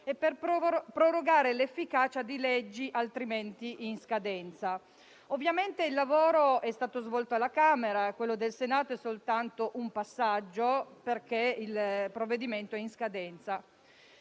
e prorogare l'efficacia di leggi altrimenti in scadenza. Il lavoro è stato svolto alla Camera e quello al Senato è soltanto un passaggio perché il provvedimento è in scadenza.